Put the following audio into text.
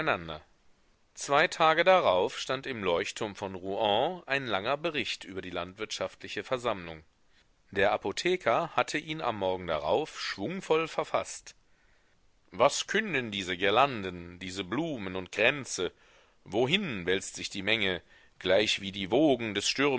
zwei tage darauf stand im leuchtturm von rouen ein langer bericht über die landwirtschaftliche versammlung der apotheker hatte ihn am morgen darauf schwungvoll verfaßt was künden diese girlanden diese blumen und kränze wohin wälzt sich die menge gleichwie die wogen des